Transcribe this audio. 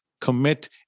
commit